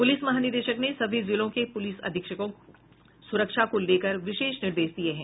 प्रलिस महानिदेशक ने सभी जिलों के प्रलिस अधीक्षकों को सुरक्षा को लेकर विशेष निर्देश दिये हैं